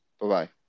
bye-bye